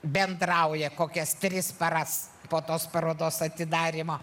bendrauja kokias tris paras po tos parodos atidarymo